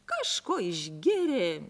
kažko išgėrė